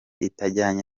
itajyanye